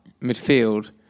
midfield